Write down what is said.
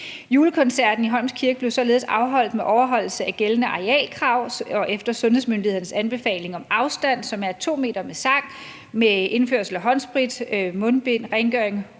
Julekoncerten i Holmens Kirke blev således afholdt med overholdelse af gældende arealkrav og efter sundhedsmyndighedernes anbefaling om afstand, som er 2 meter med sang – med håndsprit, mundbind, rengøring,